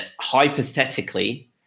hypothetically